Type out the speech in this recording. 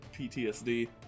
PTSD